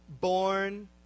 born